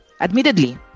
Admittedly